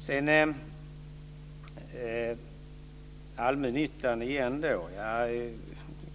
För att återgå till allmännyttan